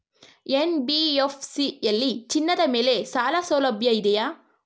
NBFC ಯಲ್ಲಿ ಚಿನ್ನದ ಮೇಲೆ ಸಾಲಸೌಲಭ್ಯ ಇದೆಯಾ?